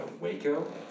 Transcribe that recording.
Waco